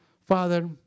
Father